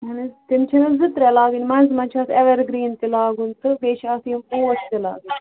اہن حظ تِم چھِنَہ زٕ ترٛےٚ لاگٕنۍ منٛزٕ منٛزٕ چھِ اَتھ ایٚور گریٖن تہِ لاگُن تہٕ بیٚیہِ چھِ اَتھ یِم پوش تہِ لاگٕنۍ